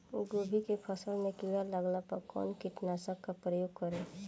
गोभी के फसल मे किड़ा लागला पर कउन कीटनाशक का प्रयोग करे?